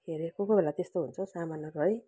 के अरे कोही कोही बेला त्यस्तो हुन्छ सामानहरू है